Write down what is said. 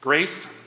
Grace